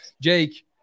Jake